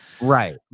Right